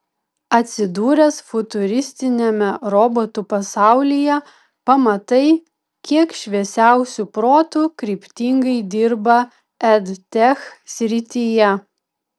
atsidūręs futuristiniame robotų pasaulyje pamatai kiek šviesiausių protų kryptingai dirba edtech srityje